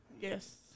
Yes